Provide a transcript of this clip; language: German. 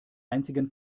einzigen